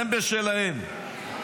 הם בשלהם.